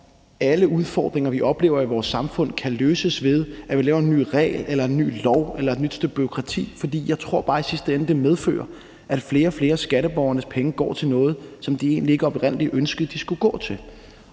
alle udfordringer, vi oplever i vores samfund, kan løses, ved at vi laver en ny regel, en ny lov eller et nyt stykke bureaukrati. For jeg tror bare, det i sidste ende medfører, at flere og flere af skatteborgernes penge går til noget, som de egentlig ikke oprindelig ønskede de skulle gå til.